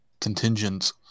contingents